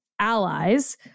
allies